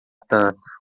tanto